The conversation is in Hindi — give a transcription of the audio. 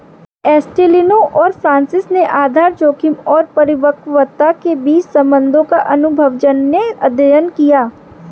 एस्टेलिनो और फ्रांसिस ने आधार जोखिम और परिपक्वता के बीच संबंधों का अनुभवजन्य अध्ययन किया